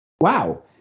wow